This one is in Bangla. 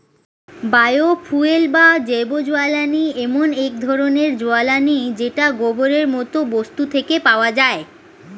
বায়ো ফুয়েল বা জৈবজ্বালানী এমন এক ধরণের জ্বালানী যেটা গোবরের মতো বস্তু থেকে পাওয়া যায়